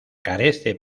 carece